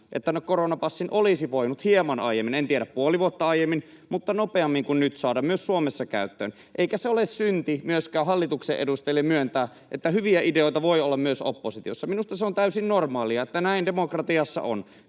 että koronapassin olisi voinut hieman aiemmin — en tiedä, puoli vuottako aiemmin, mutta nopeammin kuin nyt — saada myös Suomessa käyttöön. Eikä se ole synti myöskään hallituksen edustajille myöntää, että hyviä ideoita voi olla myös oppositiossa. Minusta se on täysin normaalia, että näin demokratiassa on.